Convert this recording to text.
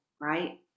right